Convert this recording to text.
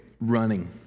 running